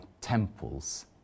temples